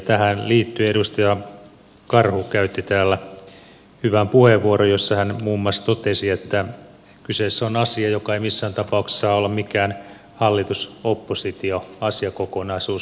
tähän liittyen edustaja karhu käytti täällä hyvän puheenvuoron jossa hän muun muassa totesi että kyseessä on asia joka ei missään tapauksessa saa olla mikään hallitusoppositio asiakokonaisuus